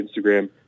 Instagram